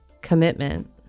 commitment